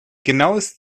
genaues